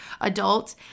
adult